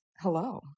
Hello